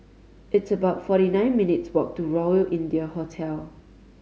it's about forty nine minutes' walk to Royal India Hotel